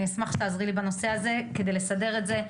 ואני אשמח שתעזרי לי בנושא הזה כדי לסדר את זה.